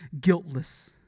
guiltless